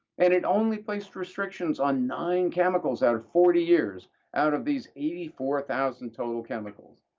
and it only placed restrictions on nine chemicals out of forty years out of these eighty four thousand total chemicals,